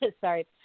sorry